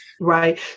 Right